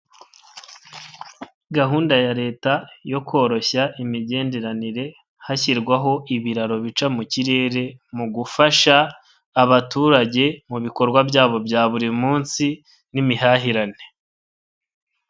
Gahunda ya Leta yo koroshya imigenderanire hashyirwaho ibiraro bica mu kirere mu gufasha abaturage mu bikorwa byabo bya buri munsi n'imihahirane.